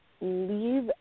leave